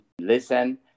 listen